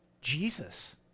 Jesus